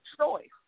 choice